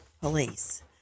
police